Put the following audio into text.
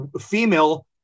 female